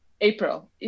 April